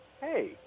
hey